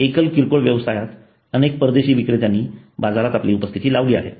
एकल किरकोळ व्यवसायात अनेक परदेशी विकेत्यांनी बाजारात आपली उपस्थिती लावली आहे